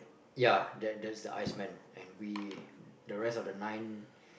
ya there's there's the iceman and we the rest of the nine